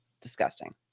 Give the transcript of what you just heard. disgusting